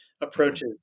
approaches